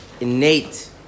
innate